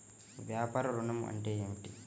వ్యాపార ఋణం అంటే ఏమిటి?